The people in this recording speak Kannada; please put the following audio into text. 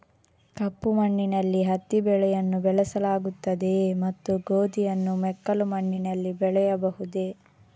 ಕಪ್ಪು ಮಣ್ಣಿನಲ್ಲಿ ಹತ್ತಿ ಬೆಳೆಯನ್ನು ಬೆಳೆಸಲಾಗುತ್ತದೆಯೇ ಮತ್ತು ಗೋಧಿಯನ್ನು ಮೆಕ್ಕಲು ಮಣ್ಣಿನಲ್ಲಿ ಬೆಳೆಯಬಹುದೇ?